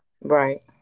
right